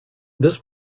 this